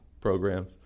programs